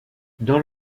dans